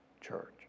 church